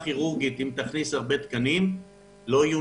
אם תכניס הרבה תקנים במחלקה כירורגית אז לא יהיו